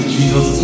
Jesus